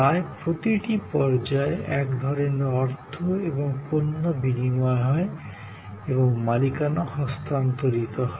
প্রায় প্রতিটি পর্যায়ে এক ধরণের অর্থ এবং পণ্য বিনিময় হয় এবং মালিকানা হস্তান্তরিত হয়